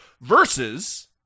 versus